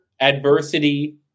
adversity